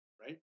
Right